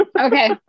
Okay